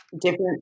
different